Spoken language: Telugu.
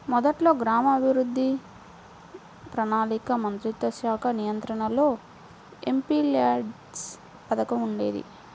మొదట్లో గ్రామీణాభివృద్ధి, ప్రణాళికా మంత్రిత్వశాఖ నియంత్రణలో ఎంపీల్యాడ్స్ పథకం ఉండేది